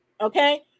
okay